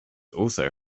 also